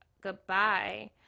goodbye